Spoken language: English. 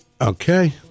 Okay